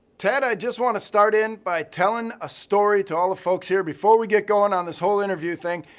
ted, i just want to start in by telling a story to all the folks here before we get going on this whole interview thing,